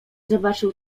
zobaczył